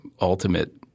ultimate